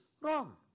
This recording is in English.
wrong